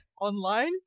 online